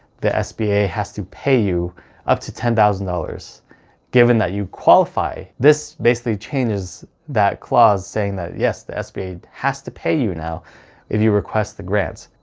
the sba has to pay you up to ten thousand dollars given that you qualify. this basically changes that clause saying that yes the sba has to pay you. now if you request the grant,